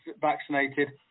vaccinated